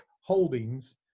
Holdings